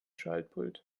schaltpult